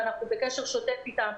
ואנחנו בקשר שוטף איתם,